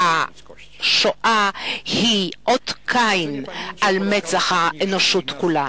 שהשואה היא אות קין על מצח האנושות כולה.